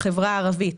בחברה הערבית,